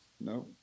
No